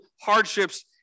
hardships